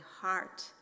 heart